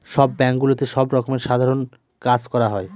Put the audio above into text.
সব ব্যাঙ্কগুলোতে সব রকমের সাধারণ কাজ করা হয়